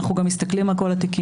אנחנו גם מסתכלים על כל התיקים.